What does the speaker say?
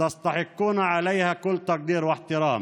שאליהם הגעתם.